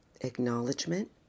acknowledgement